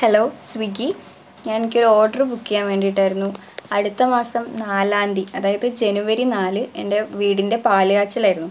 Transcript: hello Swiggy ഞാൻ എനിക്ക് ഒരു ഓർഡര് ബുക്ക് ചെയ്യാൻ വേണ്ടിയിട്ടായിരുന്നു അടുത്ത മാസം നാലാം തീയതി അതായത് ജനുവരി നാല് എൻ്റെ വീടിൻ്റെ പാലുകാച്ചലായിരുന്നു